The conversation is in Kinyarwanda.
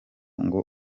ngo